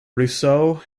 rousseau